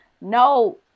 No